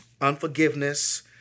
unforgiveness